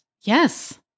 Yes